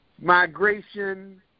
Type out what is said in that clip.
migration